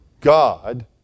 God